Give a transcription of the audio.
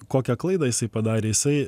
kokią klaidą jisai padarė jisai